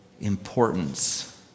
importance